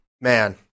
Man